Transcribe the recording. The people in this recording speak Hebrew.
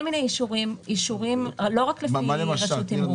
כל מיני אישורים, לא רק לפי רשות תימרור.